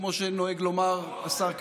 כמו שנוהג לומר השר קרעי,